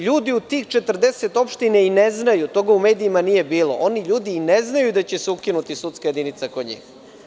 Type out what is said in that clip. Ljudi u tih 40 opština i ne znaju, toga u medijima nije bilo, oni i ne znaju da će se ukinuti sudska jedinica kod njih.